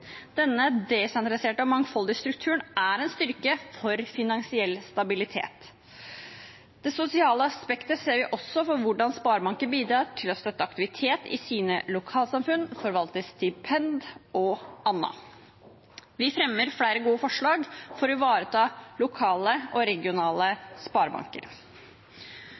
desentraliserte og mangfoldige strukturen er en styrke for finansiell stabilitet. Det sosiale aspektet ser vi også på hvordan sparebanker bidrar til å støtte aktivitet i sine lokalsamfunn, forvalte stipend og annet. Vi fremmer flere gode forslag for å ivareta lokale og regionale